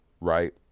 Right